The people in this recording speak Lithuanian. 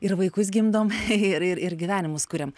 ir vaikus gimdom ir ir ir gyvenimus kuriam